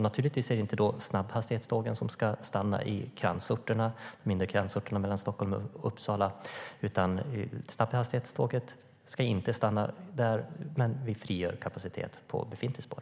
Naturligtvis är det inte då snabbhastighetstågen som ska stanna i de mindre kransorterna mellan Stockholm och Uppsala, men vi frigör kapacitet på befintligt spår.